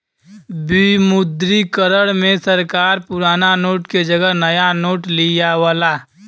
विमुद्रीकरण में सरकार पुराना नोट के जगह नया नोट लियावला